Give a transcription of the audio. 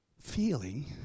feeling